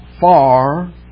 far